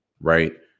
right